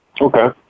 Okay